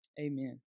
Amen